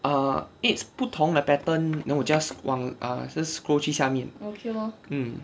err eights 不同的 pattern no just one err 是 scroll 去下面 mm